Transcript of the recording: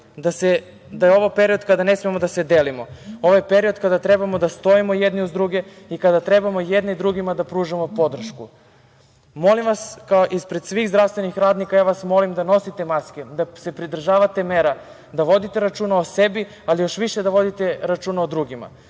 da je ovo period kada ne smemo da se delimo. Ovo je period kada treba da stojimo jedni uz druge i kada trebamo jedni drugima da pružamo podršku. Molim vas ispred svih zdravstvenih radnika, molim vas da nosite maske, da se pridržavate mera, da vodite računa o sebi, ali još više da vodite računa o drugima.